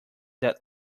that